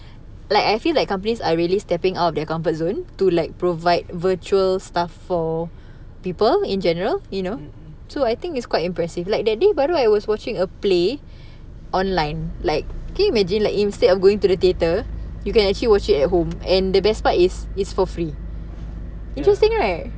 like I feel like companies are really stepping out of their comfort zone to like provide virtual stuff for people in general you know so I think it's quite impressive like that day baru I was watching a play online like can you imagine like instead of going to the theatre you can actually watch it at home and the best part is it's for free interesting right